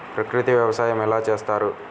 ప్రకృతి వ్యవసాయం ఎలా చేస్తారు?